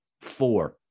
four